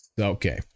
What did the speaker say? Okay